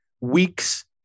weeks